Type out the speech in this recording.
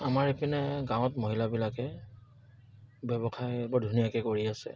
আমাৰ ইপিনে গাঁৱত মহিলাবিলাকে ব্যৱসায় বৰ ধুনীয়াকে কৰি আছে